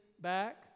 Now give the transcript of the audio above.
back